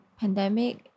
pandemic